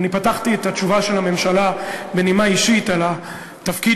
פתחתי את התשובה של הממשלה בנימה אישית על התפקיד